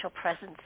presence